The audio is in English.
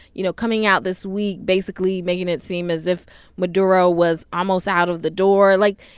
you know, coming out this week basically making it seem as if maduro was almost out of the door? like,